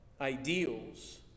ideals